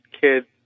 kids